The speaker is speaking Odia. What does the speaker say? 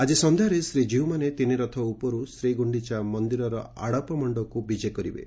ଆକି ସଂଧାରେ ଶ୍ରୀକୀଉମାନେ ତିନି ରଥ ଉପରୁ ଶ୍ରୀଗୁଛିଚା ମନିରର ଆଡ଼ପମଣ୍ଡପକୁ ବିଜେ କରିବେ